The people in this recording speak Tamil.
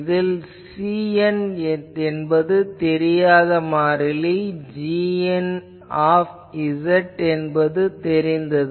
இதில் cn தெரியாத மாறிலி gnz என்பது தெரிந்தது